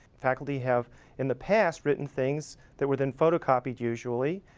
faculty have in the past written things that were then photocopied, usually.